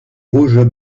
rouges